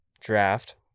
draft